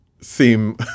seem